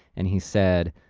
and he said,